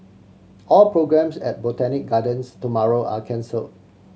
all programmes at Botanic Gardens tomorrow are cancel